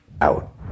out